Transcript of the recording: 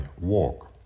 walk